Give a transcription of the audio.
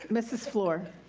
mrs. fluor.